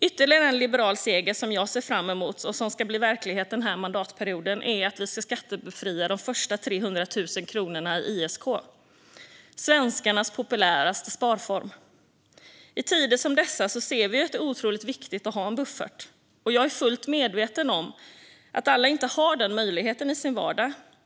Ytterligare en liberal seger jag ser fram emot och som ska bli verklighet denna mandatperiod är att vi ska skattebefria de första 300 000 kronorna i ISK - svenskarnas populäraste sparform. I tider som dessa ser vi att det är otroligt viktigt att ha en buffert. Jag är fullt medveten om att alla inte har den möjligheten i sin vardag.